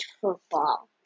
football